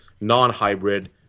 non-hybrid